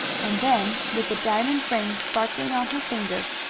and then, with the diamond ring sparkling on her finger,